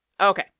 Okay